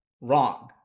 wrong